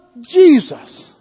Jesus